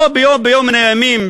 הרי ביום מן הימים,